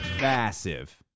Massive